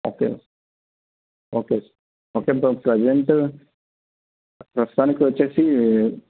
okay okay okay bro present ప్రస్తుతానికి వచ్చేసి